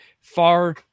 far